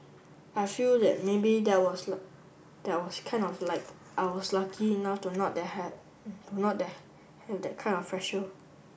I feel that maybe that was that was kind of like I was lucky enough to not that have to not that have that kind of